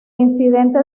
incidente